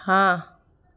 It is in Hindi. हाँ